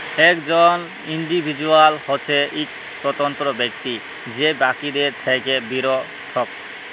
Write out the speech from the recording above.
একজল ইল্ডিভিজুয়াল হছে ইক স্বতন্ত্র ব্যক্তি যে বাকিদের থ্যাকে পিরথক